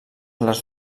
les